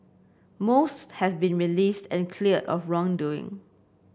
most have been released and cleared of wrongdoing